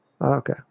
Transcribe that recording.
Okay